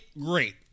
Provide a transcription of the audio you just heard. great